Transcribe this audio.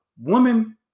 woman